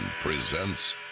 presents